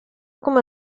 come